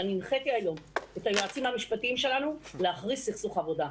שאני הנחיתי היום את היועצים המשפטיים שלנו להכריז סכסוך עבודה.